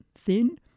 thin